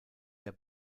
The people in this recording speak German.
der